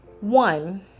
one